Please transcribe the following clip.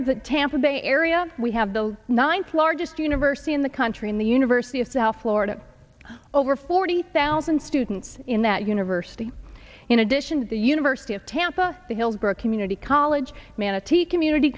of the tampa bay area we have the ninth largest university in the country in the university of south florida over forty thousand students in that university in addition to the university of tampa the hillsboro community college manatee community